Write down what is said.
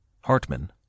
Hartman